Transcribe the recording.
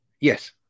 Yes